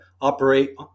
operate